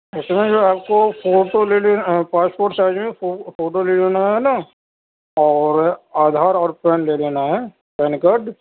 اس میں جو ہے آپ کو فوٹو لے لینا پاسپورٹ سائز میں فوٹو لے لینا ہے نا اور آدھار اور پین لے لینا ہے پین کارڈ